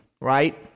right